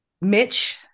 Mitch